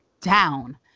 down